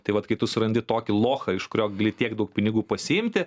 tai vat kai tu surandi tokį lochą iš kurio gali tiek daug pinigų pasiimti